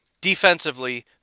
Defensively